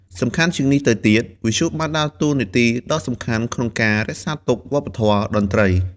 សំខាន់ជាងនេះទៅទៀត វិទ្យុបានដើរតួនាទីដ៏សំខាន់ក្នុងការ រក្សាទុកវប្បធម៌ តន្ត្រី។